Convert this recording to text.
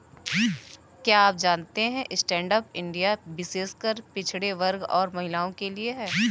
क्या आप जानते है स्टैंडअप इंडिया विशेषकर पिछड़े वर्ग और महिलाओं के लिए है?